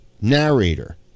Narrator